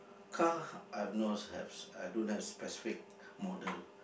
car I knows have I don't have specific model